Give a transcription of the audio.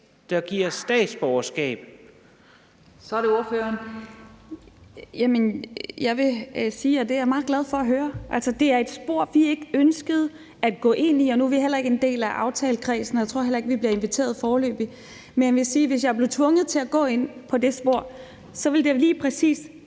er det ordføreren. Kl. 12:38 Zenia Stampe (RV): Jeg vil sige, at det er jeg meget glad for at høre. Altså, det er et spor, vi ikke ønskede at gå ind på. Nu er vi ikke en del af aftalekredsen, og jeg tror heller ikke, at vi bliver inviteret foreløbig, men jeg vil sige, at hvis jeg blev tvunget til at gå ind på det spor, ville det lige præcis